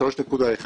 3.1,